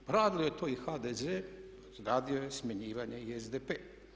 Radio je to i HDZ, radio je smjenjivanja i SDP.